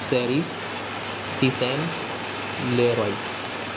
صیرف تیسین لیروائے